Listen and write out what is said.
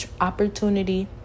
opportunity